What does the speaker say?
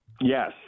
Yes